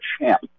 champ